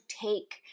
take